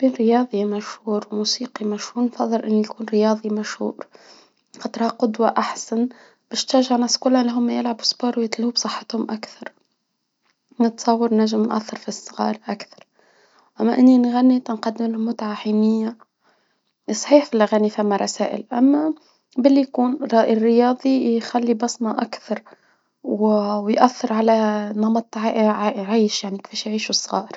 بين رياضي مشهور وموسيقي مشهور نفضل انه يكون رياضي مشهور. تراه قدوة احسن يشجع للصغار انهم يلعبوا سبور ويهتموا بصحتهم اكثر. نتصور نجم يأثر في الصغار اكثر. اما اني نغني تنقدم المتعة حنية. صحيح فالاغاني ثم رسائل اما الري الرياضي يخلي بصمة اكثر. ويأثر على نمط عايش يعني يعيش الصغار.